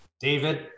David